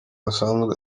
rusanzwe